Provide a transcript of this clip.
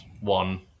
one